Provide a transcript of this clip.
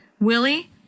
Willie